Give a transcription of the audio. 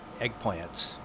eggplants